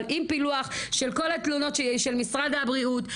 אבל עם פילוח של כל התלונות של משרד הבריאות,